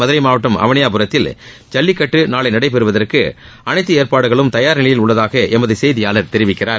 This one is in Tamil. மதுரை மாவட்டம் அவளியாபுரத்தில் ஜல்லிக்கட்டு நாளை நடைபெறுவதற்கு அனைத்து ஏற்பாடுகளும் தயார் நிலையில் உள்ளதாக எமது செய்தியாளர் தெரிவிக்கிறார்